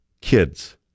kids